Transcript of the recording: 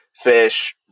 fish